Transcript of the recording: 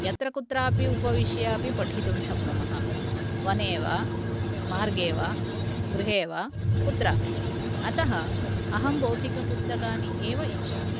यत्र कुत्रापि उपविश्यापि पठितुं शक्नुमः वने वा मार्गे वा गृहे वा कुत्रापि अतः अहं भौतिकपुस्तकानि एव इच्छामि